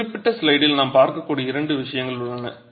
இந்த குறிப்பிட்ட ஸ்லைடில் நாம் பார்க்கக்கூடிய இரண்டு விஷயங்கள் உள்ளன